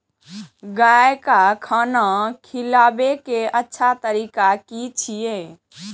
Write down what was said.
गाय का खाना खिलाबे के अच्छा तरीका की छे?